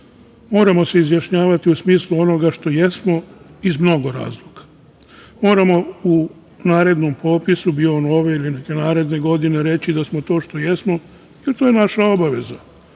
Moramo se izjašnjavati u smislu onoga što jesmo iz mnogo razloga. Moramo u narednom popisu, bio ove ili neke naredne godine, reći da smo to što jesmo jer to je naša obaveza.